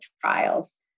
trials